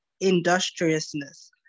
industriousness